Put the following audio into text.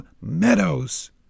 meadows